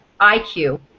IQ